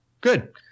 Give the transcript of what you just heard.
Good